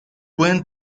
pueden